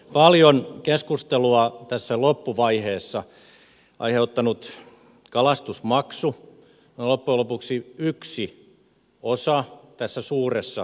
paljon keskustelua loppuvaiheessa aiheuttanut kalastusmaksu on loppujen lopuksi yksi osa tässä suuressa kokonaisuudessa